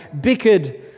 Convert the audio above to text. bickered